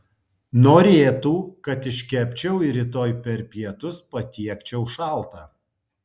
norėtų kad iškepčiau ir rytoj per pietus patiekčiau šaltą